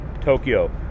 Tokyo